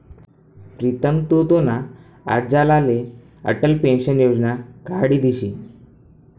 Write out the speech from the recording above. प्रीतम तु तुना आज्लाले अटल पेंशन योजना काढी दिशी